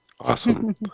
Awesome